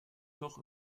loch